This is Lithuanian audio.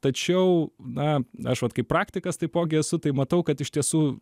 tačiau na aš vat kaip praktikas taipogi esu tai matau kad iš tiesų